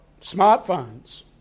smartphones